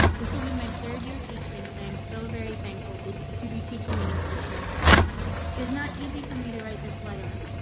this will be my third year teaching and i am so very thankful to to be teaching in this district is not easy for me to write this letter,